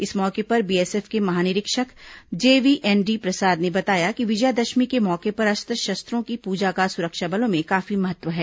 इस मौके पर बीएसएफ के महानिरीक्षक जेवीएनडी प्रसाद ने बताया कि विजयादशमी के मौके पर अस्त्र शस्त्रों की पूजा का सुरक्षा बलों में काफी महत्व है